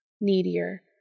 needier